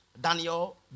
Daniel